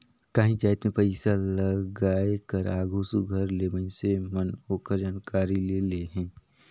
काहींच जाएत में पइसालगाए कर आघु सुग्घर ले मइनसे मन ओकर जानकारी ले लेहें